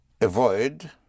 avoid